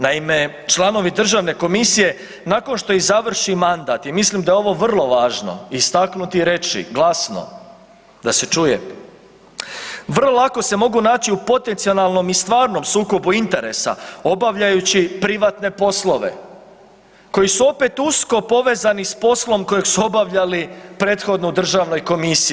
Naime, članovi Državne komisije, nakon što im završi mandat, i mislim da je ovo vrlo važno istaknuti i reći glasno, da se čuje, vrlo lako se mogu naći u potencionalnom i stvarnom sukobu interesa obavljajući privatne poslove koji su, opet, usko povezani s poslom kojeg su obavljali prethodno u Državnoj komisiji.